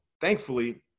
thankfully